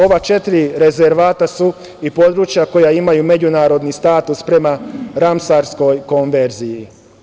Ova četiri rezervata su i područja koja imaju međunarodni status prema Ramsarskoj konverziji.